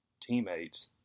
teammates